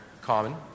common